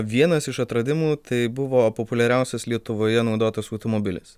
vienas iš atradimų tai buvo populiariausias lietuvoje naudotas automobilis